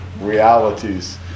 realities